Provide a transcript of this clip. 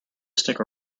stick